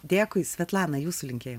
dėkui svetlana jūs linkėjimai